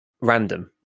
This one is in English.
random